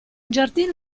giardino